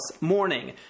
morning